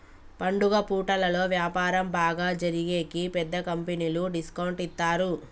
పండుగ పూటలలో వ్యాపారం బాగా జరిగేకి పెద్ద కంపెనీలు డిస్కౌంట్ ఇత్తారు